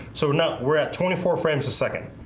so now we're at twenty four frames a second